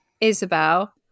Isabel